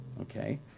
Okay